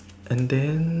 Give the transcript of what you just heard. and then